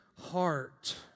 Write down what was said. heart